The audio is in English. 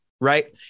right